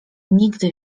nigdy